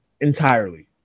entirely